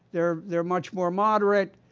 they're they're much more moderate.